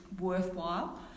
worthwhile